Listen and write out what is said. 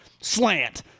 slant